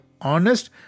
honest